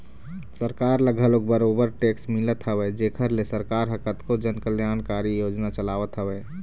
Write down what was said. सरकार ल घलोक बरोबर टेक्स मिलत हवय जेखर ले सरकार ह कतको जन कल्यानकारी योजना चलावत हवय